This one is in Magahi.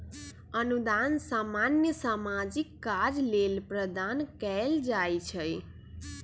अनुदान सामान्य सामाजिक काज लेल प्रदान कएल जाइ छइ